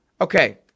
Okay